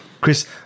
Chris